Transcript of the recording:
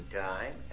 time